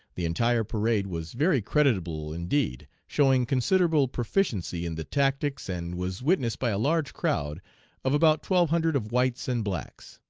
the entire parade was very creditable indeed, showing considerable proficiency in the tactics, and was witnessed by a large crowd of about twelve hundred of whites and blacks.